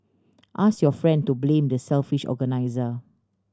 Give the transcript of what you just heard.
ask your friend to blame the selfish organiser